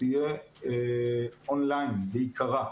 תהיה און ליין בעיקרה,